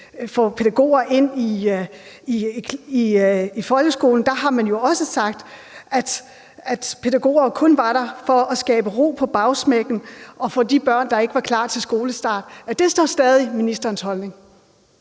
få pædagoger ind i folkeskolen – sagt, at pædagoger kun var der for at skabe ro på bagsmækken og for de børn, der ikke var klar til skolestart. Er det så stadig ministerens holdning?